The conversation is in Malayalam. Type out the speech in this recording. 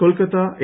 കൊൽക്കത്ത എ